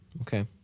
Okay